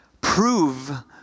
prove